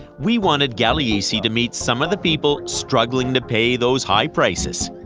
we wanted gagliese to meet some of the people struggling to pay those high prices.